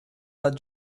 that